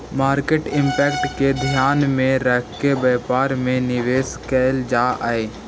market impact के ध्यान में रखके व्यापार में निवेश कैल जा हई